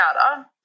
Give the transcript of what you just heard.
powder